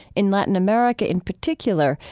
in latin america, in particular,